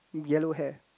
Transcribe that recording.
yellow hair